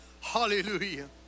hallelujah